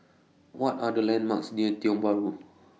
What Are The landmarks near Tiong Bahru